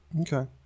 Okay